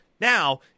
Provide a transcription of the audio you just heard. Now